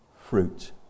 fruit